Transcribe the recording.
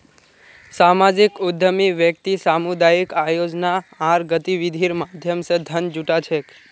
सामाजिक उद्यमी व्यक्ति सामुदायिक आयोजना आर गतिविधिर माध्यम स धन जुटा छेक